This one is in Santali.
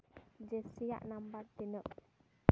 ᱡᱮᱥᱤᱭᱟᱜ ᱱᱟᱢᱵᱟᱨ ᱛᱤᱱᱟᱹᱜ